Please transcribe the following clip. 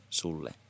sulle